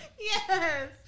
Yes